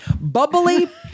Bubbly